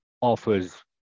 offers